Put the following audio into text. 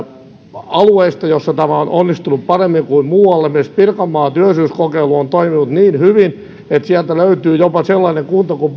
alueista joilla tämä on onnistunut paremmin kuin muualla esimerkiksi pirkanmaan työllisyyskokeilu on toiminut niin hyvin että sieltä löytyy jopa sellainen kunta kuin